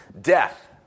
death